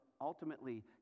ultimately